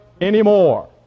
anymore